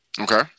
Okay